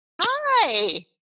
Hi